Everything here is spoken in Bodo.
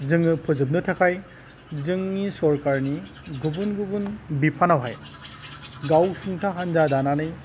जोङो फोजोबनो थाखाय जोंनि सरकारनि गुबुन गुबुन बिफानावहाय गावसुंथा हानजा दानानै